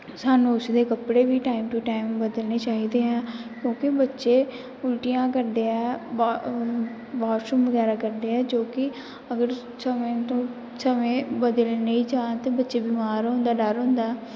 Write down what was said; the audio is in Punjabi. ਸਾਨੂੰ ਉਸ ਦੇ ਕੱਪੜੇ ਵੀ ਟਾਈਮ ਟੂ ਟਾਈਮ ਬਦਲਣੇ ਚਾਹੀਦੇ ਆ ਕਿਉਂਕਿ ਬੱਚੇ ਉਲਟੀਆਂ ਕਰਦੇ ਆ ਵੋਸ਼ਰੂਮ ਵਗੈਰਾ ਕਰਦੇ ਆ ਜੋ ਕਿ ਅਗਰ ਸਮੇਂ ਤੋਂ ਸਮੇਂ ਬਦਲੇ ਨਹੀਂ ਜਾਣ ਤਾਂ ਬੱਚੇ ਬਿਮਾਰ ਹੋਣ ਦਾ ਡਰ ਹੁੰਦਾ